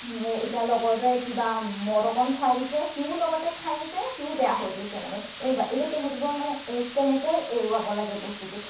এতিয়া লগৰটোৱে কিবা মদ অকণ খুৱাই দিছে সিও লগতে খাই দিছে সিও বেয়া হৈ গৈছে মানে তেনেকুৱা এতিয়া তেহেঁতবোৰক মানে কেনেকৈ এৰোৱাব লাগে বস্তুটো